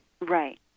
Right